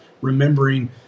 remembering